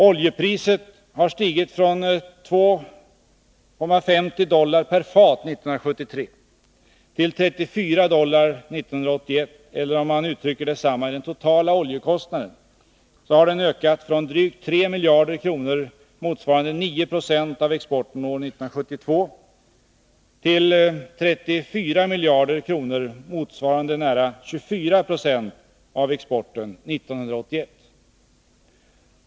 Oljepriset har stigit från 2:50 dollar per fat 1973 till 34 dollar 1981. Om man uttrycker detsamma i den totala oljekostnaden, så har den ökat från drygt 3 miljarder kronor motsvarande 9 0 av exporten år 1972 till 34 miljarder kronor, motsvarande nära 24 96 av exporten 1981.